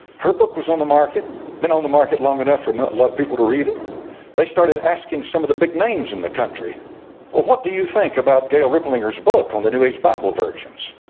her book was on the market been on the market long enough for a lot of people to read it they started asking some of the big names in the country well, what do you think about gale rippling hers book on the new age bible virgins?